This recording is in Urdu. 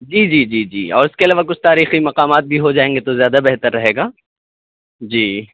جی جی جی جی اور اس کے علاوہ کچھ تاریخی مقامات بھی ہو جائیں گے تو زیادہ بہتر رہے گا جی